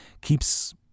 keeps